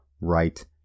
right